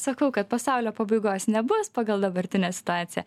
sakau kad pasaulio pabaigos nebus pagal dabartinę situaciją